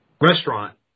restaurant